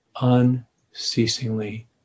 unceasingly